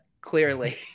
clearly